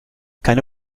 keine